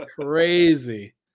Crazy